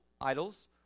idols